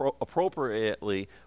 appropriately